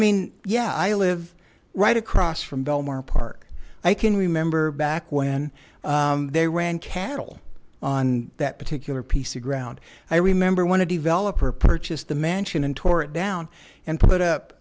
mean yeah i live right across from belmont park i can remember back when they ran cattle on that particular piece of ground i remember when a developer purchased the mansion and tore it down and put up